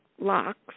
Locks